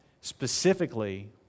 specifically